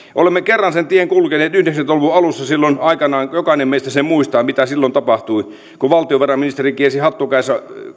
olemme kerran sen tien kulkeneet yhdeksänkymmentä luvun alussa silloin aikanaan jokainen meistä sen muistaa mitä silloin tapahtui kun valtiovarainministeri kiersi hattu kädessä